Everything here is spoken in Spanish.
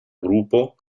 grupo